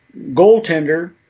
goaltender